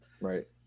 Right